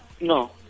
No